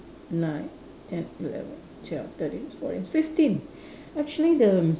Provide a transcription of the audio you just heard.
nine ten eleven twelve thirteen fourteen fifteen actually the mm